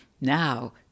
Now